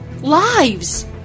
lives